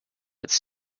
its